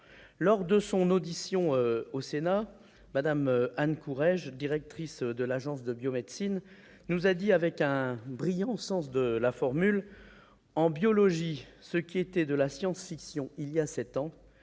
Lors de son audition au Sénat, Mme Anne Courrèges, directrice de l'Agence de la biomédecine, nous a déclaré, avec un brillant sens de la formule :« En biologie, ce qui était de la science-fiction il y a sept ans